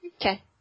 Okay